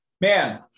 Man